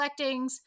collectings